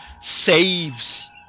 saves